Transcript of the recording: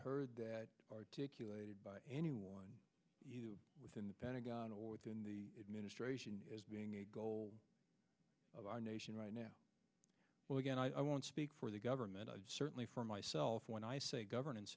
heard that articulated by anyone within the pentagon or within the administration as being a goal of our nation right now well again i won't speak for the government and certainly for myself when i say governance